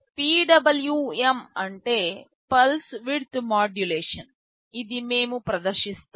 PWM అంటే pulse width modulation ఇది మేము ప్రదర్శిస్తాము